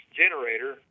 generator